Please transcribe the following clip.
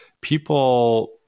people